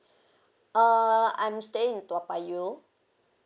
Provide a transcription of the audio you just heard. uh I'm staying at toa payoh